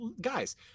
guys